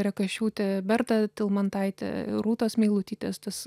rekašiūtė berta tilmantaitė rūtos meilutytės tas